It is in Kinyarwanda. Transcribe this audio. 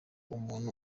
umuntu